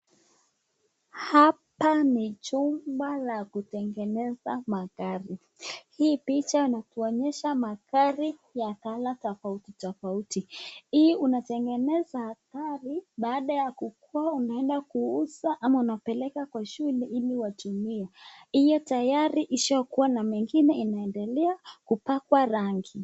Hapa ni chumba la kutengeneza magari. Hii picha inatuonyesha magari ya Color tofauti tofauti. Hii unatengeneza gari baada ya kuenda kuuzwa ama unapeleka kwa shule ili watumie. Hii tayari ishakua na mengine yanapakwa rangi.